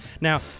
now